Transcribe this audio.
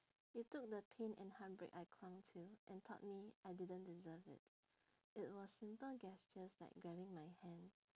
you took the pain and heartbreak I clung to and taught me I didn't deserve it it was simple gestures like grabbing my hand